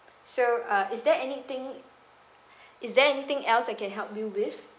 so uh is there anything is there anything else I can help you with